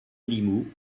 limoux